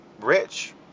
rich